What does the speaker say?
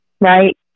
right